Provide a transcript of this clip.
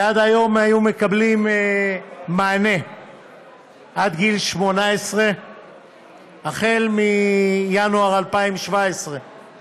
שעד היום היו מקבלים מענה עד גיל 18. החל מינואר 2017 הם